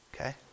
Okay